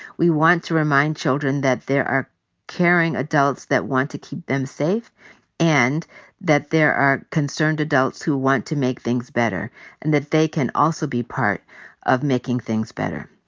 we want to remind children that there are caring adults that want to keep them safe and that there are concerned adults who want to make things better and that they can also be part of making things better.